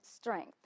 strength